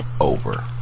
over